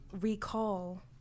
recall